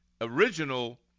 original